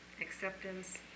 acceptance